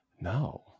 No